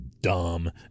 dumb